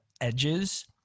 edges